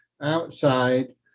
outside